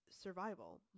survival